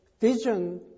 vision